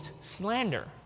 slander